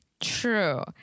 True